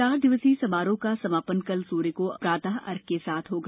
चार दिवसीय समारोह का समापन कल सूर्य को प्रातः अर्घ्य के साथ होगा